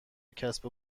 کسب